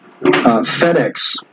FedEx